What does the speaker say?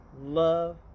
love